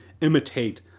imitate